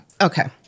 Okay